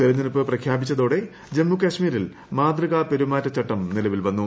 തെരഞ്ഞെടുപ്പ് പ്രഖ്യാപിച്ചതോടെ ജമ്മു കശ്മീരിൽ മാതൃകാപെരുമാറ്റ ചട്ടം നിലവിൽ വന്നു